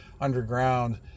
underground